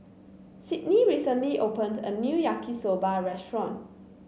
Sydney recently opened a new Yaki Soba restaurant